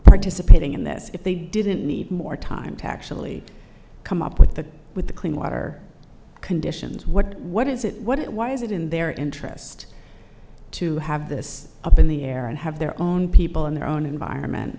participating in this if they didn't need more time to actually come up with the with the clean water conditions what what is it what it why is it in their interest to have this up in the air and have their own people in their own environment